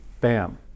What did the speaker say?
bam